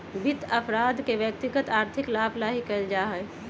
वित्त अपराध के व्यक्तिगत आर्थिक लाभ ही ला कइल जा हई